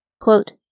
Quote